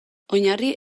oinarri